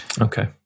Okay